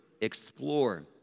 Explore